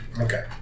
Okay